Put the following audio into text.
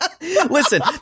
Listen